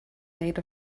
made